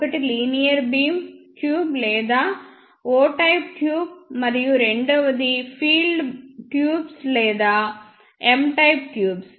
ఒకటి linear beam tube లేదా O type tube మరియు రెండవది ఫీల్డ్ ట్యూబ్స్ లేదా M టైప్ ట్యూబ్స్